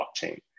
blockchain